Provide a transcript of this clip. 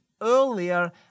earlier